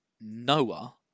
Noah